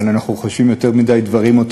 אבל אנחנו חושבים על יותר מדי דברים אותו